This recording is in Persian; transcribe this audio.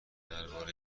درباره